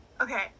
Okay